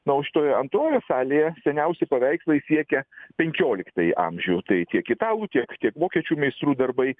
na o šitoj antrojoje salėje seniausi paveikslai siekia penkioliktąjį amžių tai kiek italų tiek tiek vokiečių meistrų darbai